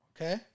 okay